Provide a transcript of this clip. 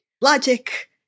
logic